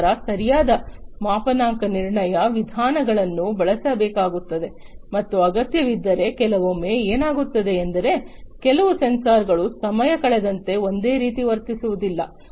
ನಂತರ ಸರಿಯಾದ ಮಾಪನಾಂಕ ನಿರ್ಣಯ ವಿಧಾನಗಳನ್ನು ಬಳಸಬೇಕಾಗುತ್ತದೆ ಮತ್ತು ಅಗತ್ಯವಿದ್ದರೆ ಕೆಲವೊಮ್ಮೆ ಏನಾಗುತ್ತದೆ ಎಂದರೆ ಕೆಲವು ಸೆನ್ಸಾರ್ಗಳು ಸಮಯ ಕಳೆದಂತೆ ಒಂದೇ ರೀತಿ ವರ್ತಿಸುವುದಿಲ್ಲ